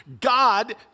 God